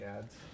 ads